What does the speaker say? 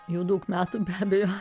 jų daug metų be abejo